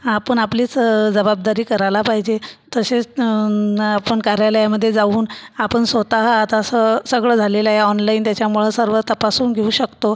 आपण आपलीच जबाबदारी करायला पाहिजे तसेच आपण कार्यालयामध्ये जाऊन आपण स्वतः तसं सगळं झालेलं आहे ऑनलाईन त्याच्यामुळं सर्व तपासून घेऊ शकतो